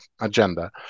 agenda